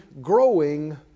growing